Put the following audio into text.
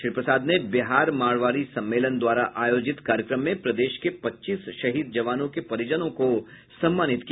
श्री प्रसाद ने बिहार मारवाड़ी सम्मेलन द्वारा आयोजित कार्यक्रम में प्रदेश के पच्चीस शहीद जवानों के परिजनों को सम्मानित किया